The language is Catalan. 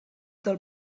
del